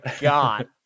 God